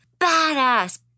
badass